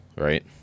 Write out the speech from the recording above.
right